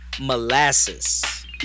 Molasses